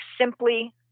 simply